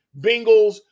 Bengals